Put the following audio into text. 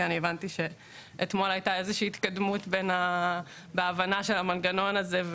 כי הבנתי שאתמול הייתה איזושהי התקדמות בהבנה של המנגנון הזה,